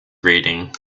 reading